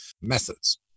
methods